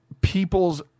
people's